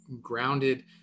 grounded